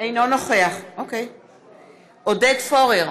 אינו נוכח עודד פורר,